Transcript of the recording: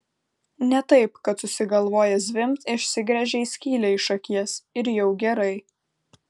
ne taip kad susigalvojęs zvimbt išsigręžei skylę iš akies ir jau gerai